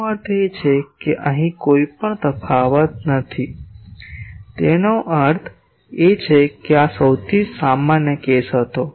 તેનો અર્થ એ કે અહીં પણ કોઈ તફાવત નથી તેનો અર્થ એ કે આ સૌથી સામાન્ય કેસ હતો